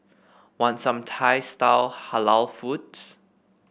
want some Thai style Halal foods